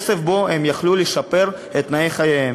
כסף שבו הם יכלו לשפר את תנאי חייהם.